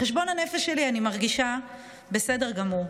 בחשבון הנפש שלי אני מרגישה בסדר גמור.